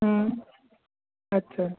अच्छा